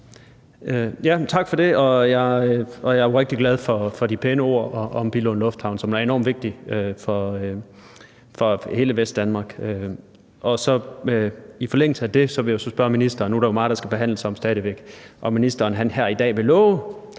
Tak for det. Jeg er jo rigtig glad for de pæne ord om Billund Lufthavn, som er enormt vigtig for hele Vestdanmark. I forlængelse af det vil jeg så spørge ministeren – nu er der jo meget, der